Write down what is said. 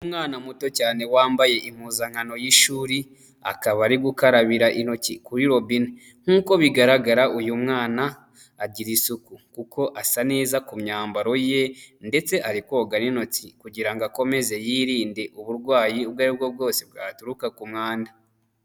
Umwana muto cyane wambaye impuzankano y'ishuri akaba ari gukarabira intoki kuri robine, nk'uko bigaragara uyu mwana agira isuku kuko asa neza ku myambaro ye ndetse ari koga n'intoki kugira akomeze yirinde uburwayi ubwo aribwo bwose bwaturuka ku mwanda.